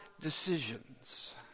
decisions